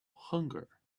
hunger